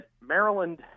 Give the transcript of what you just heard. Maryland